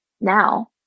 now